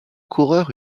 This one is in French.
coureur